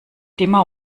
dimmer